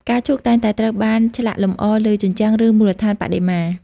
ផ្កាឈូកតែងតែត្រូវបានឆ្លាក់លម្អលើជញ្ជាំង ឬមូលដ្ឋានបដិមា។